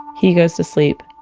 he goes to sleep.